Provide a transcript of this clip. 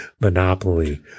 Monopoly